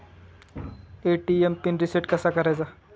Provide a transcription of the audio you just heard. ATM PIN reset कसा करायचा?